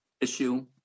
issue